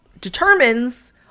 determines